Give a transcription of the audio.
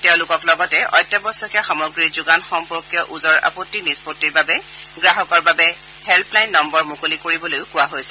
তেওঁলোকক লগতে অত্যাৱশ্যকীয় সামগ্ৰীৰ যোগান সম্পৰ্কীয় ওজৰ আপত্তি নিষ্পণ্ডিৰ বাবে গ্ৰাহকৰ বাবে হেল্ললাইন নম্বৰ মুকলি কৰিবলৈও কোৱা হৈছে